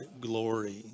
glory